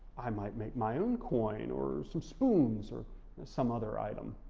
i might make my own coin or some spoons or some other item.